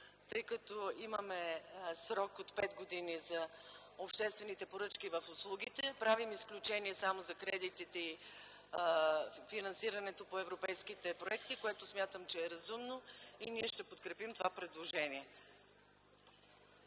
тъй като има срок от пет години за обществените поръчки в услугите, правим изключение само за кредитите и финансирането по европейските проекти, което смятам за разумно. Ние ще подкрепим това предложение.